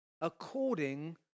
according